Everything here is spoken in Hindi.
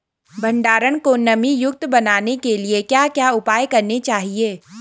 भंडारण को नमी युक्त बनाने के लिए क्या क्या उपाय करने चाहिए?